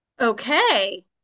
Okay